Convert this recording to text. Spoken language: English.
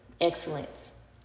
excellence